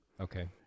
Okay